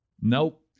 Nope